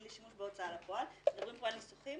לשימוש בהוצאה לפועל מדברים פה על ניסוחים